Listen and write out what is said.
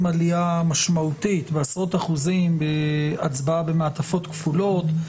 עלייה משמעותית בעשרות אחוזים בהצבעה במעטפות כפולות.